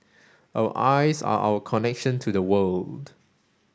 our eyes are our connection to the world